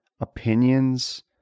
opinions